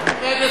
רגע,